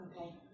Okay